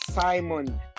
simon